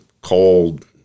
cold